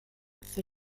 für